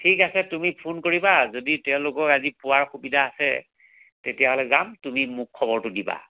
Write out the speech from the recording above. ঠিক আছে তুমি ফোন কৰিবা যদি তেওঁলোকক আজি পোৱাৰ সুবিধা আছে তেতিয়াহ'লে যাম তুমি মোক খবৰটো দিবা